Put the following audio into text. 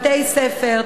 בתי-ספר,